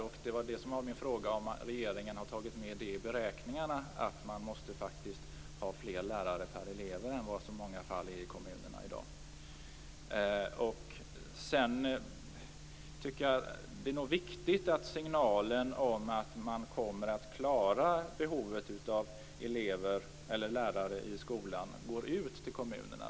Min fråga var om regeringen har tagit med i beräkningarna att man faktiskt måste ha fler lärare per visst antal elever än vad som är fallet i många kommuner i dag. Jag tycker att det är viktigt att signalen om att man kommer att klara behovet av lärare i skolan går ut till kommunerna.